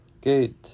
good